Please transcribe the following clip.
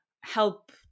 help